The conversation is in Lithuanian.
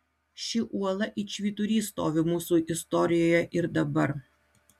ši uola it švyturys stovi mūsų istorijoje ir dabar